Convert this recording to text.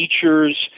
features